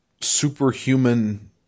superhuman